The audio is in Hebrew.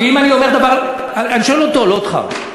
אני שואל אותו, לא אותך.